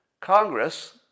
Congress